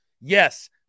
Yes